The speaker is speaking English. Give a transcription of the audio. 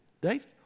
Dave